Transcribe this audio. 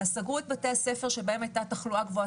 סגרו את בתי הספר שבהם הייתה תחלואה גבוהה,